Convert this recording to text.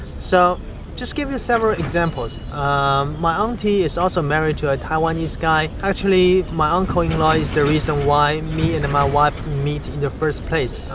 so just give you several examples. now um my auntie is also married to a taiwanese guy, actually, my uncle in law is the reason why me and and my wife meet in the first place,